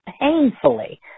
painfully